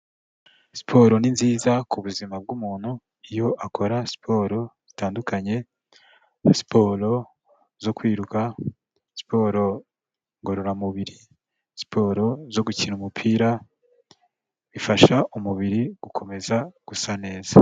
Siporo ni nziza ku buzima bw'umuntu iyo akora siporo zitandukanye, siporo zo kwiruka, siporo ngororamubiri, siporo zo gukina umupira bifasha umubiri gukomeza gusa neza.